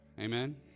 amen